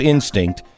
Instinct